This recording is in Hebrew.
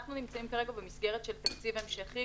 אנחנו נמצאים כרגע במסגרת של תקציב המשכי.